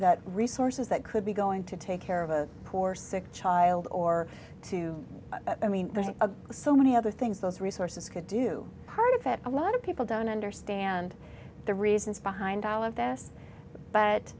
that resources that could be going to take care of a poor sick child or two i mean there's a so many other things those resources could do part of it a lot of people don't understand the reasons behind all of this but